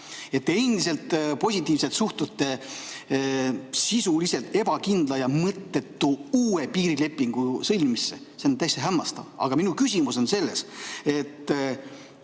te endiselt positiivselt suhtute sisuliselt ebakindla ja mõttetu uue piirilepingu sõlmimisse. See on täiesti hämmastav. Aga minu küsimus on selles,